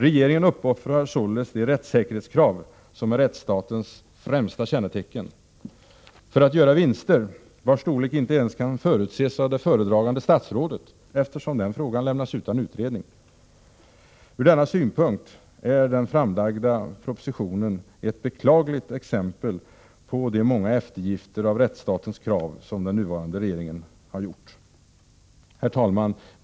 Regeringen uppoffrar således de rättssäkerhetskrav som är rättsstatens främsta kännetecken, för att göra vinster, vars storlek inte ens kan förutses av det föredragande statsrådet, eftersom den frågan lämnats utan utredning. Ur denna synpunkt är den framlagda propositionen ett beklagligt exempel på de många eftergifter av rättsstatens krav som den nuvarande regeringen gjort. Herr talman!